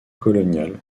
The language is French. coloniale